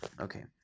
Okay